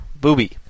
booby